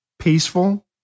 peaceful